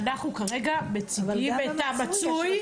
אנחנו כרגע מציגים את המצוי,